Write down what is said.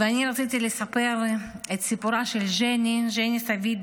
רציתי לספר את סיפורה של ג'ני סבידיה,